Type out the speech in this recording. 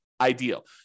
ideal